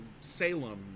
Salem